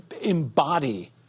embody